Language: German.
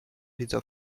dieser